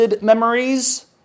memories